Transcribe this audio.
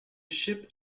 ship